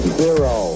zero